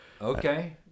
Okay